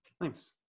Thanks